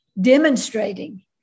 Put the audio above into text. demonstrating